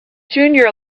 junior